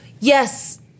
yes